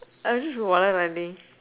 I was just wayang only